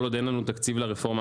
כל עוד אין לנו תקציב לרפורמה,